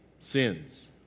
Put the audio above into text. Sins